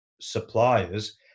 suppliers